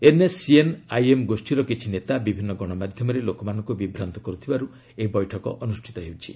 NSCN IM ଗୋଷ୍ଠୀର କିଛି ନେତା ବିଭିନ୍ନ ଗଣମାଧ୍ୟମରେ ଲୋକମାନଙ୍କୁ ବିଭ୍ରାନ୍ତ କରୁଥିବାରୁ ଏହି ବୈଠକ ଅନୁଷ୍ଠିତ ହେଉଛି